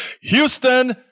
Houston